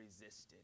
resisted